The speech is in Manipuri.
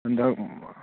ꯍꯟꯗꯛ